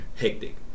hectic